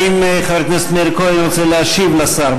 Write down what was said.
האם חבר הכנסת מאיר כהן רוצה להשיב לשר?